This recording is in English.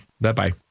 Bye-bye